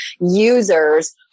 users